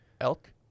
Elk